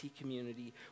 community